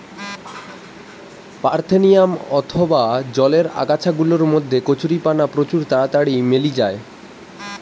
parthenium অথবা জলের আগাছা গুলার মধ্যে কচুরিপানা প্রচুর তাড়াতাড়ি মেলি যায়